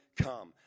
come